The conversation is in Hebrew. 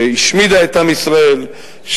שהשמידה את עם ישראל,